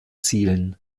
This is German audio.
zielen